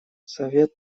совет